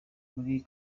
muri